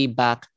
back